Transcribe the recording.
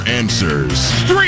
answers